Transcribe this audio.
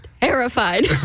terrified